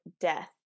death